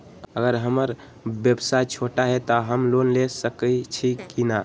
अगर हमर व्यवसाय छोटा है त हम लोन ले सकईछी की न?